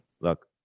look